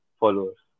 followers